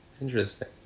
Interesting